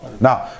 Now